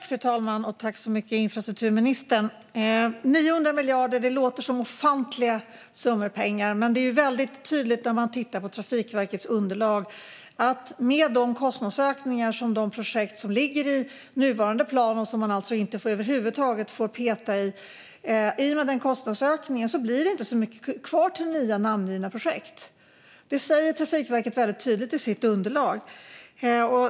Fru talman! 900 miljarder låter som ofantliga summor pengar, men när man tittar på Trafikverkets underlag blir det tydligt att det inte blir så mycket kvar till nya namngivna projekt i och med kostnadsökningarna för de projekt som ligger i nuvarande plan och som man alltså över huvud taget inte får peta i. Detta säger Trafikverket tydligt i sitt underlag.